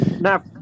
Now